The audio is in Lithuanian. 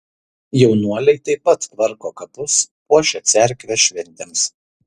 jaunuoliai taip pat tvarko kapus puošia cerkvę šventėms